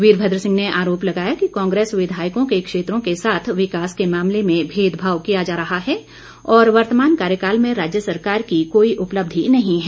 वीरभद्र सिंह ने आरोप लगाया कि कांग्रेस विधायकों के क्षेत्रों के साथ विकास के मामले में भेदभाव किया जा रहा है और वर्तमान कार्यकाल में राज्य सरकार की कोई उपलब्धि नहीं है